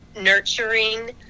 nurturing